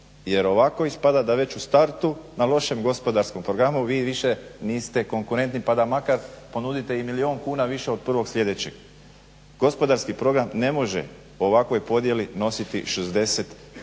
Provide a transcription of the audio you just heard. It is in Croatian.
Jer ovako ispada da već u startu na lošem gospodarskom programu vi više niste konkurentni pa da makar ponudite i milijun kuna više od prvog sljedećeg. Gospodarski program ne može ovakvoj podijeli nositi 60